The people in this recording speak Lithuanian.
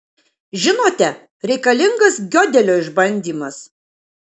žinote reikalingas giodelio išbandymas